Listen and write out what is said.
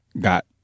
got